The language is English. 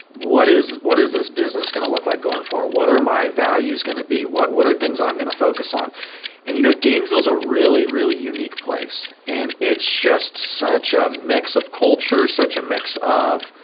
what is what is this business gonna look like going forward, what are my values gonna be, what what are things that i'm gonna focus on and you know, gainesville is a really really unique place and it's just such a mix of culture such a mix of